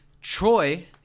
Troy